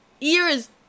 ears